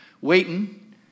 waiting